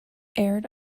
aired